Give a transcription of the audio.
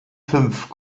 fünf